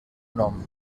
nom